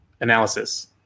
analysis